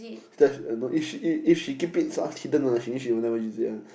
that's uh no if she keep it hidden lah then she will never use it one